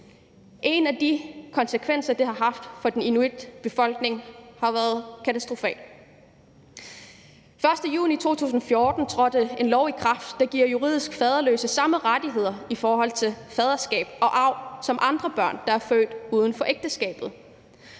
En af de konsekvenser, det har haft for inuitbefolkningen, har været katastrofal. Den 1. juni 2014 trådte en lov i kraft, der giver juridisk faderløse samme rettigheder i forhold til faderskab og arv som andre børn, der er født uden for ægteskabet,